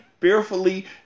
fearfully